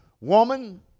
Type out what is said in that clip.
Woman